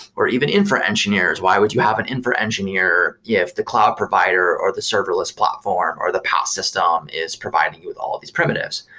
or even infra engineers. why would you have an infra engineer if the cloud provider or the serverless or the paas system is providing you with all of these primitives?